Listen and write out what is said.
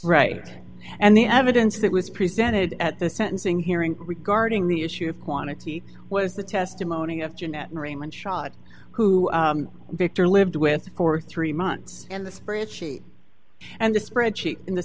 right and the evidence that was presented at the sentencing hearing regarding the issue of quantity was the testimony of jeanette raymond shot who victor lived with for three months and the spreadsheet and the spreadsheet in the